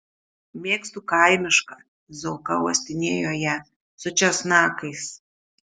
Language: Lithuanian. mėgstu kaimišką zauka uostinėjo ją su česnakais